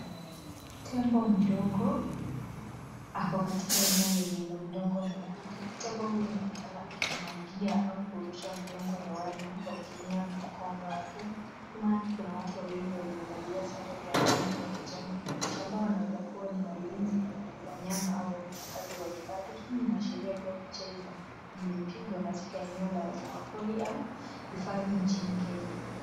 Tembo mdogo ako katika eneo lenye la udongo mwekundu, tembo huyu anaonekana akijimwagia au kurusha udongo hewani kwa kutumia mkonga wake, Nyuma yake kuna watu wawili walio valia sare za kijani kibichi ambao wanaweza kuwa ni walinzi wa wanyama au wafanya kazi kwa hifadhi hii inashiria kuwa picha imepigwa katika eneo la wanyama pori au hifadhi nchini Kenya.